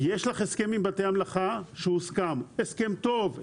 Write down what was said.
יש לך הסכם עם בתי המלאכה שהוסכם הסכם טוב,